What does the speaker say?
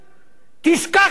תשכח מזה.